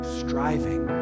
striving